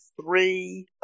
three